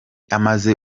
amaze